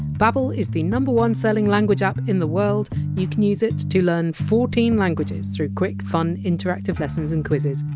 babbel is the number one selling language app in the world you can use it to learn fourteen languages through quick, fun interactive lessons and quizzes.